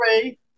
three